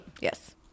Yes